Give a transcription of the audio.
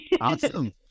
Awesome